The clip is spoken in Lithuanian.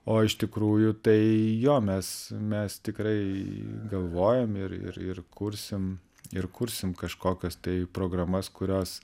o iš tikrųjų tai jo mes mes tikrai galvojam ir ir ir kursim ir kursim kažkokias tai programas kurios